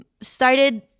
started